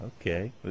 Okay